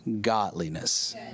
Godliness